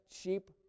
sheep